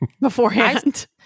beforehand